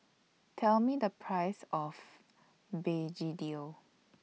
Tell Me The Price of Begedil